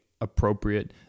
appropriate